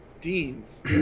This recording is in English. Dean's